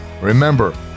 remember